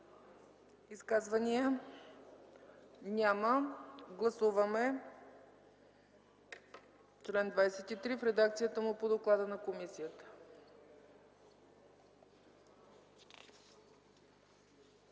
Изказвания? Няма. Гласуваме чл. 26 в редакцията му по доклада на комисията.